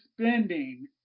spending